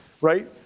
right